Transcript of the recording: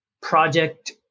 project